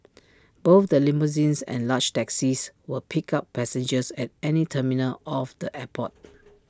both the limousines and large taxis will pick up passengers at any terminal of the airport